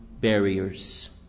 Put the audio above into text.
barriers